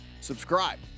subscribe